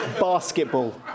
Basketball